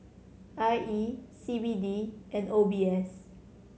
I E C B D and O B S